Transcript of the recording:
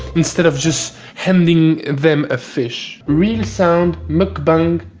instead of just handing them a fish. real sound, mukbang,